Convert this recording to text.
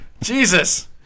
Jesus